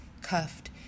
cuffed